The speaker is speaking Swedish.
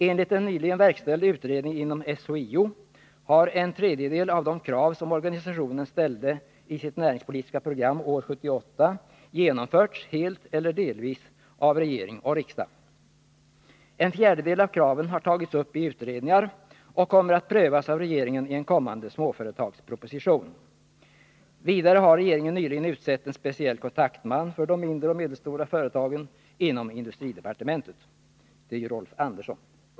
Enligt en nyligen verkställd utredning inom SHIO har en tredjedel av de krav som organisationen ställde i sitt näringspolitiska program år 1978 genomförts helt eller delvis av regering och riksdag. En fjärdedel av kraven har tagits upp i utredningar och kommer att prövas av regeringen i en kommande småföretagsproposition. Vidare har regeringen nyligen utsett en speciell kontaktman inom industridepartementet — Rolf Andersson — för de mindre och medelstora företagen.